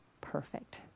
perfect